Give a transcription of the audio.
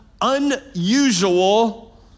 unusual